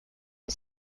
and